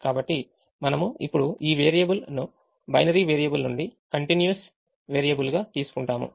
కాబట్టి మనము ఇప్పుడు ఈ వేరియబుల్ను బైనరీ వేరియబుల్ నుండి continuous వేరియబుల్ గా తీసుకుంటాము